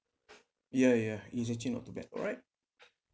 ya ya it's actually not too bad alright